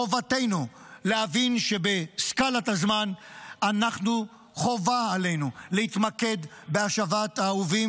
חובתנו להבין שבסקאלת הזמן חובה עלינו להתמקד בהשבת האהובים